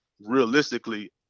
realistically